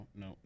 no